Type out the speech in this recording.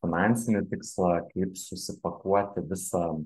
finansinį tikslą kaip susipakuoti visą